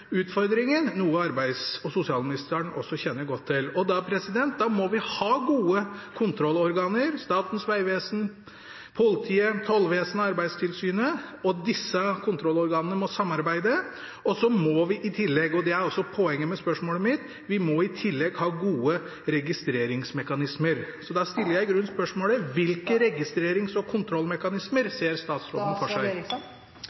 noe arbeids- og sosialministeren også kjenner godt til. Da må vi ha gode kontrollorganer, som Statens vegvesen, politiet, tollvesenet og Arbeidstilsynet, og disse kontrollorganene må samarbeide. I tillegg må vi – og det er poenget med spørsmålet mitt – ha gode registreringsmekanismer. Da stiller jeg spørsmålet: Hvilke registrerings- og kontrollmekanismer ser statsråden for seg?